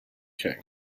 king